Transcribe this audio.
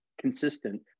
consistent